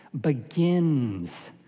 begins